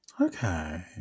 Okay